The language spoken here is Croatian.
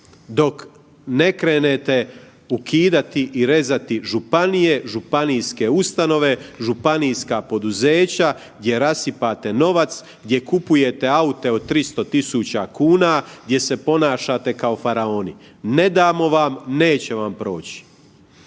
Dok ne krenete ukidati i rezati županije, županijske ustanove, županijska poduzeća gdje rasipate novac, gdje kupujete aute od 300.000,00 kn, gdje se ponašate kao faraoni. Ne damo vam, neće vam proći.